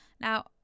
now